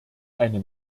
eine